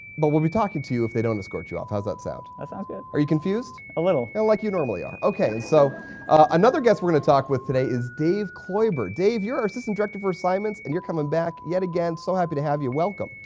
but ah we'll be talking to you if they don't escort off. how's that sound? that sounds good. are you confused? a little. like you normally are. okay, so another guest we're going to talk with today is dave kloiber. dave, you're our assistant director for assignments and you're coming back yet again. so happy to have you. welcome?